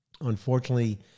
unfortunately